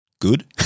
good